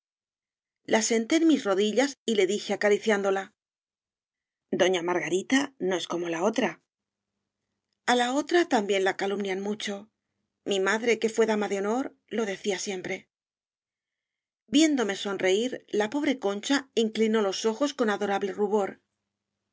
senté en mis rodillas y le dije acari ciándola doña margarita no es como la otra a la otra también la calumnian mucho mi madre que fué dama de honor lo decía siempre viéndome sonreír la pobre concha incli nó los ojos con adorable rubor